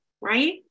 right